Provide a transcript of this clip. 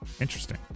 Interesting